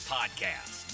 Podcast